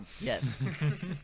Yes